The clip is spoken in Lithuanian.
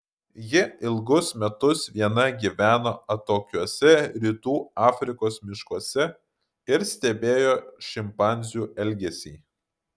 ji ilgus metus viena gyveno atokiuose rytų afrikos miškuose ir stebėjo šimpanzių elgesį